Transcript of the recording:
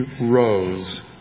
rose